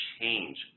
change